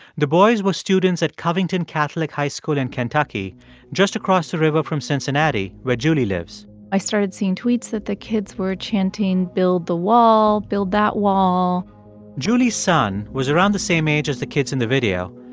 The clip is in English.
the boys were students at covington catholic high school in kentucky just across the river from cincinnati, where julie lives i started seeing tweets that the kids were chanting build the wall, build that wall julie's son was around the same age as the kids in the video,